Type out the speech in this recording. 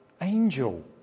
angel